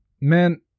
Man